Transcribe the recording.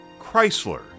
Chrysler